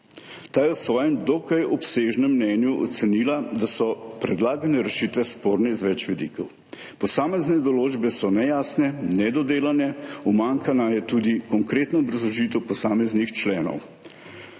Ta je v svojem dokaj obsežnem mnenju ocenila, da so predlagane rešitve sporne z več vidikov. Posamezne določbe so nejasne, nedodelane, umanjkana je tudi konkretna obrazložitev posameznih členov.